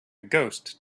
ghost